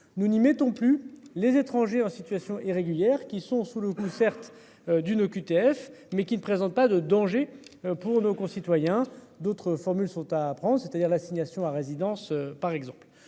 Nous n'y mettons plus les étrangers en situation irrégulière qui sont sous le coup certes d'une OQTF mais qui ne présentent pas de danger pour nos concitoyens. D'autres formules sont apprends c'est-à-dire l'assignation à résidence par exemple